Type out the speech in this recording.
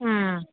हा